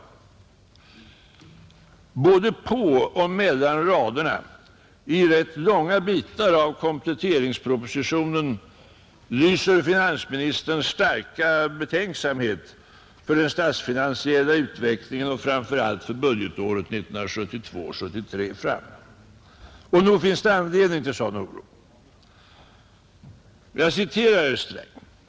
Både på och mellan raderna i rätt långa stycken av kompletteringspropositionen lyser finansministerns starka betänksamhet för den statsfinan siella utvecklingen och framför allt för budgetåret 1972/73 fram. Och nog finns det anledning till sådan oro. Jag citerar herr Sträng.